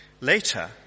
later